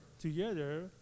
together